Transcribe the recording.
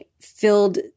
filled